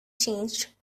changed